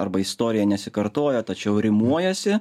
arba istorija nesikartoja tačiau rimuojasi